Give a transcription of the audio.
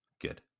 Good